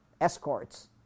escorts